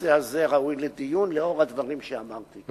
שהנושא הזה ראוי לדיון, לאור הדברים שאמרתי.